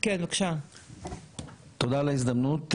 על ההזדמנות,